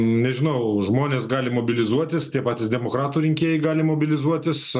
nežinau žmonės gali mobilizuotis tie patys demokratų rinkėjai gali mobilizuotis